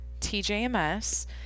TJMS